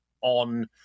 on